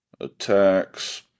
attacks